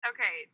Okay